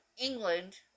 England